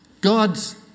God's